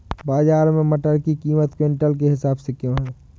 बाजार में मटर की कीमत क्विंटल के हिसाब से क्यो है?